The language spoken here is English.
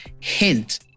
hint